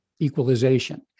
equalization